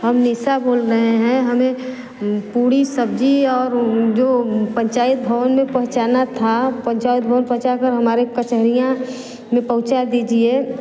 हम निशा बोल रहे हैं हमें पूड़ी सब्जी और जो पंचायत भवन में पहुँचाना था पंचायत भवन पहुँचा कर हमारे कचहरियाँ में पहुँचा दीजिए